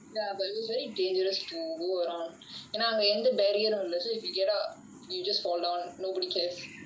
ya but it was very dangerous to go around ஏனா அங்க எந்த:yaenaa anga entha barrier இல்ல:illa so if you go out you just fall down nobody cares